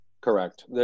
Correct